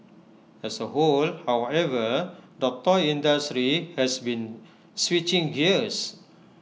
as A whole however the toy industry has been switching gears